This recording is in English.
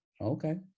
Okay